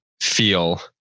feel